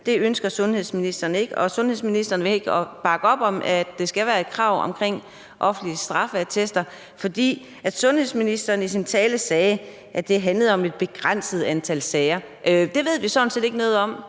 Det ønsker sundheds- og ældreministeren ikke, og ministeren vil ikke bakke op om, at der skal være et krav om offentlige straffeattester. Sundheds- og ældreministeren sagde i sin tale, at det handlede om et begrænset antal sager; det ved vi sådan set ikke noget om